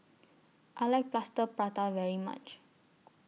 I like Plaster Prata very much